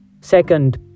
Second